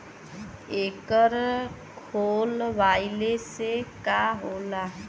एकर खोलवाइले से का होला?